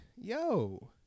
Yo